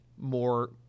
more